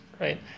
Right